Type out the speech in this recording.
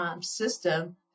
system